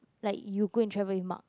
like you go and travel with Mark